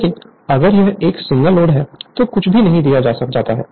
लेकिन अगर यह एक सिंपल लोड है तो कुछ भी नहीं दिया जाता है